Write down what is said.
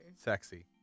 Sexy